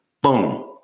Boom